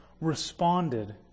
responded